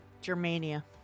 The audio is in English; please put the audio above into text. Germania